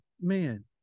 man